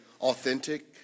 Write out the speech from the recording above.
authentic